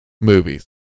movies